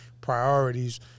priorities